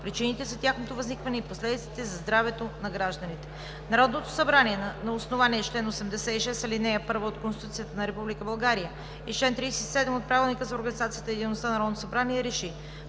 причините за тяхното възникване и последиците за здравето на гражданите Народното събрание на основание чл. 86, ал. 1 от Конституцията на Република България и чл. 37 от Правилника за организацията и дейността на Народното събрание РЕШИ: